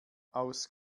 aus